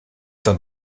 dans